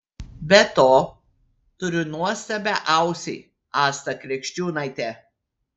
be to turiu nuostabią ausį astą krikščiūnaitę